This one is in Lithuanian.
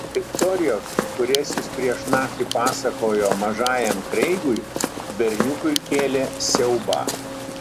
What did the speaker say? istorijos kurias jis prieš naktį pasakojo mažajam kreigui berniukui kėlė siaubą